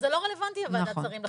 אז זה לא רלוונטי ועדת שרים לחקיקה.